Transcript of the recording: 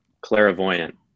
clairvoyant